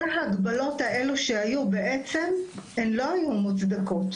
כל ההגבלות שהיו לא היו מוצדקות.